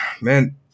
man